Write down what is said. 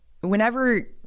whenever